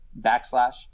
backslash